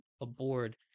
aboard